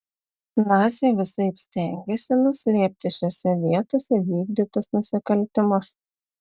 naciai visaip stengėsi nuslėpti šiose vietose vykdytus nusikaltimus